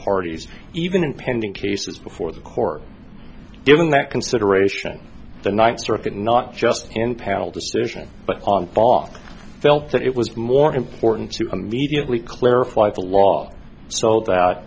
parties even in pending cases before the court given that consideration the ninth circuit not just in panel decision but on top felt that it was more important to immediately clarify the law sold